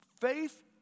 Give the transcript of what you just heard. faith